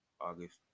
August